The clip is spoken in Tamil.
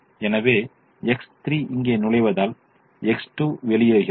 எனவே X3 இங்கே நுழைவதால் X2 வெளியேறுகிறது